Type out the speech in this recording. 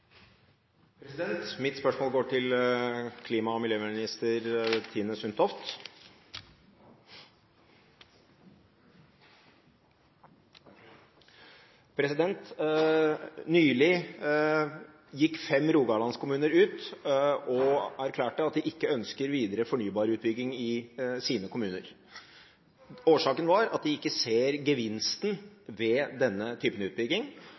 miljøvernminister Tine Sundtoft. Nylig gikk fem rogalandskommuner ut og erklærte at de ikke ønsker videre fornybarutbygging i sine kommuner. Årsaken var at de ikke ser gevinsten ved denne typen utbygging,